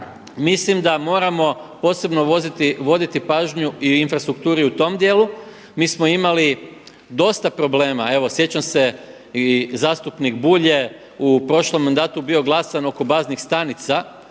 mislim da moramo posebno voditi pažnju i o infrastrukturi u tom djelu. Mi smo imali dosta problema, evo sjećam se i zastupnik Bulj je u prošlom mandatu bio glasan oko baznih stanica